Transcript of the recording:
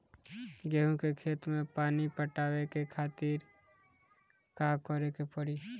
गेहूँ के खेत मे पानी पटावे के खातीर का करे के परी?